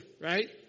right